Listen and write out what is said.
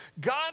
God